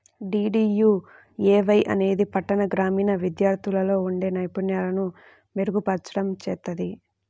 DDUAY అనేది పట్టణ, గ్రామీణ విద్యార్థుల్లో ఉండే నైపుణ్యాలను మెరుగుపర్చడం చేత్తది